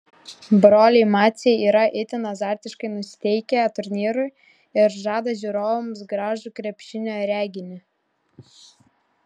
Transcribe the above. broliai maciai yra itin azartiškai nusiteikę turnyrui ir žada žiūrovams gražų krepšinio reginį